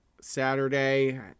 Saturday